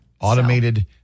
Automated